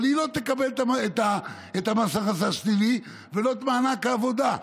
אבל היא לא תקבל את מס ההכנסה השלילי ולא את מענק העבודה.